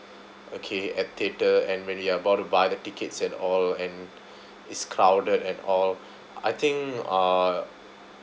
okay at theatre and when you're about to buy the tickets and all and is crowded and all I think uh